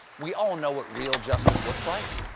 we all know what real justice looks like.